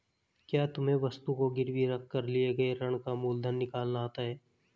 क्या तुम्हें वस्तु को गिरवी रख कर लिए गए ऋण का मूलधन निकालना आता है?